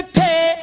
pay